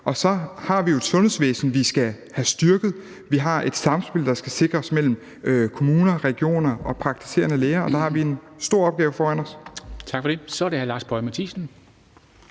Og så har vi et sundhedsvæsen, som vi skal have styrket, og vi har et samspil, der skal sikres, mellem kommuner, regioner og praktiserende læger, og der har vi en stor opgave foran os. Kl. 13:23 Formanden (Henrik Dam Kristensen):